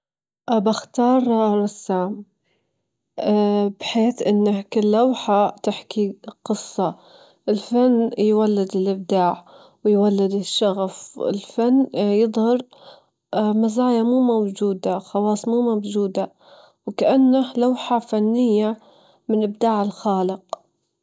أحب أني أكون شابة بالغة، مرحلة البلوغ تعطيك الفرصة حتان تجربين الحياة وتتخدين قرارات مستقلة، لكن الطفولة بس لعب، ونس لعب جري.